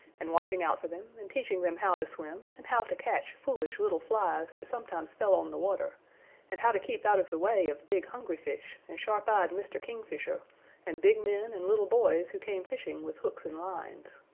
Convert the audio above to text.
and watching out for them and teaching them how to swim and how to catch foolish little flies that sometimes fell on the water and how to keep out of the way of big hungry fish and sharp eyed mr. kingfisher and big men and little boys who came fishing with hooks and lines.